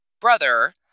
brother